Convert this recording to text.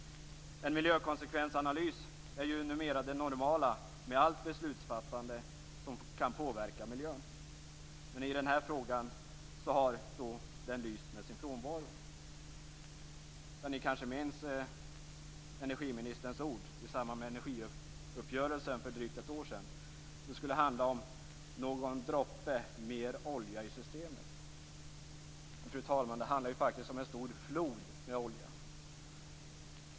En miljökonsekvensanalys är ju numera det normala vid allt beslutsfattande som kan påverka miljön. Men i den här frågan har den lyst med sin frånvaro. Ni kanske minns energiministern ord i samband med energiuppgörelsen för drygt ett år sedan? Det skulle handla om någon droppe mer olja i systemet. Det handlar faktiskt om en stor flod med olja.